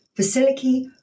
Vasiliki